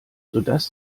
sodass